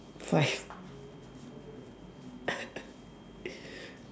five